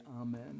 amen